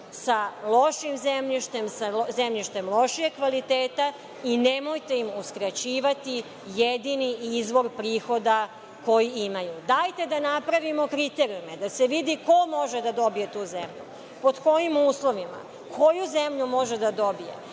sa lošim zemljištem, sa zemljištem lošijeg kvaliteta i nemojte im uskraćivati jedini izvor prihoda koji imaju. Dajte da napravimo kriterijume, da se vidi ko može da dobije tu zemlju, pod kojim uslovima koju zemlju može da dobije.